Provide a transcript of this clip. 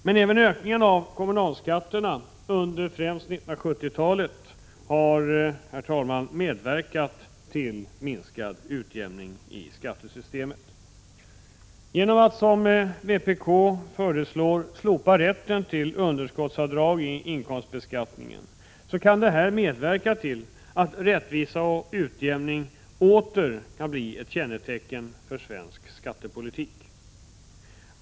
Men även ökningen av kommunalskatterna främst under 1970-talet har medverkat till en minskad utjämning i skattesystemet. Genom att, som vpk föreslår, slopa rätten till underskottsavdrag i inkomstbeskattningen kan man medverka till att rättvisa och utjämning åter blir ett kännetecken för svensk skattepolitik.